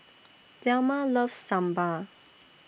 Delma loves Sambal